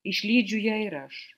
išlydžiu ją ir aš